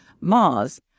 Mars